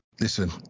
Listen